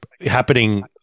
happening